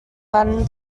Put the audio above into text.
latin